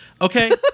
Okay